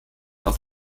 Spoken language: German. auf